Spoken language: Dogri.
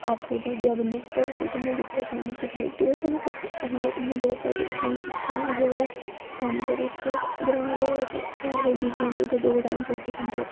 अट्ठ बजे जेह्ड़ा बंदा सुत्ते दा होऐ उसी ते जि'त्थें कि भाई तु ऐल्ली इ'न्नी देर तक क्युं सुत्ता ऐ जे वो कम्म करो उठके ग्रांऽ दे वैसे सारे बिजी होंदे उद्धर दो टाइम रुट्टी खंदे